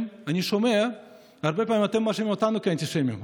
אני שומע שאתם מאשימים אותנו כאנטישמים,